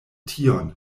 tion